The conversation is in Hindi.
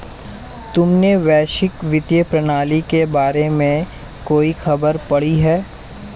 तुमने वैश्विक वित्तीय प्रणाली के बारे में कोई खबर पढ़ी है?